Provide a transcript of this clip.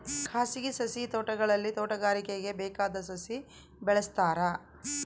ಖಾಸಗಿ ಸಸಿ ತೋಟಗಳಲ್ಲಿ ತೋಟಗಾರಿಕೆಗೆ ಬೇಕಾದ ಸಸಿ ಬೆಳೆಸ್ತಾರ